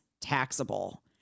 taxable